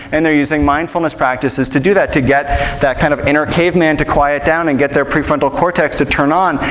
and they're using mindfulness practices to do that, do get that kind of inner caveman to quiet down and get their prefrontal cortex to turn on,